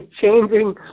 Changing